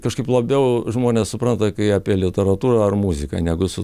kažkaip labiau žmonės supranta kai apie literatūrą ar muziką negu su